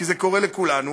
כי זה קורה לכולנו.